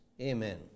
Amen